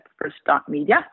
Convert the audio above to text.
first.media